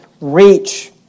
Reach